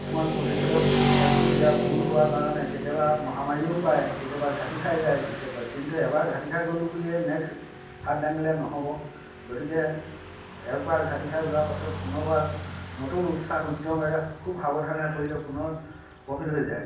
কিছুমান প্ৰতিখেধক কিবা কিবি দিয়া ভুল হোৱা কাৰণে কেতিয়াবা মহামাৰীও পায় কেতিয়াবা ঘাটি খাই যায় কৃষকে কিন্তু এবাৰ ঘাটি খাই গ'লোঁ বুলিয়েই নেক্সট্ হাত ডাঙিলে নহ'ব গতিকে একবাৰ ঘাটি খাই যোৱাৰ পাছত পুনৰবাৰ নতুন উৎসাহ উদ্যমেৰে খুব সাৱধানে কৰিলে পুনৰ প্ৰফিট হৈ যায়